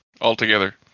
altogether